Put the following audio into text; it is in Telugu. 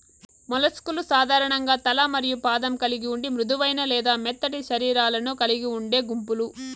మొలస్క్ లు సాధారణంగా తల మరియు పాదం కలిగి ఉండి మృదువైన లేదా మెత్తటి శరీరాలను కలిగి ఉండే గుంపులు